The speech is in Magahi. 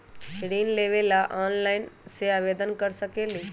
ऋण लेवे ला ऑनलाइन से आवेदन कर सकली?